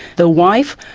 the wife,